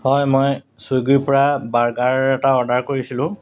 হয় মই ছুইগীৰপৰা বাৰ্গাৰ এটা অৰ্ডাৰ কৰিছিলোঁ